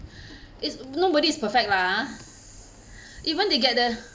it's nobody is perfect lah ah even they get the